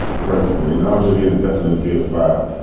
personally, najimy is definitely feels fast.